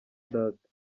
data